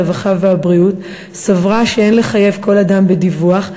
הרווחה והבריאות סברה שאין לחייב כל אדם בדיווח,